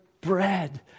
bread